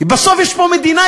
בסוף יש פה מדינה.